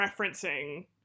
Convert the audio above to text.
referencing